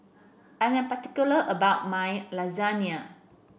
I am particular about my Lasagna